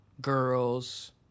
girls